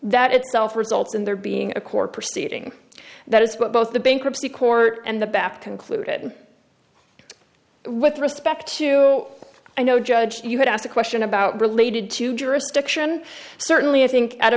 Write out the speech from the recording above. that itself results in there being a court proceeding that is what both the bankruptcy court and the back to include it with respect to i know judge you had asked a question about related to jurisdiction certainly i think at a